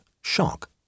Shock